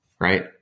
right